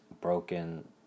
broken